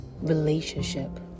relationship